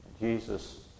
Jesus